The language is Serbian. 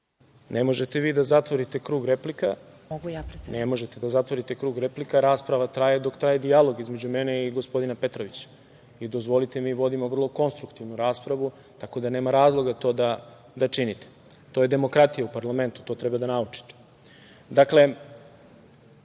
Ne možete da zatvorite krug replika. Rasprava traje dok traje dijalog između mene i gospodina Petrovića. Dozvolite, mi vodimo vrlo konstruktivnu raspravu, tako da nema razloga to da činite. To je demokratija u parlamentu. To treba da naučite. Dakle,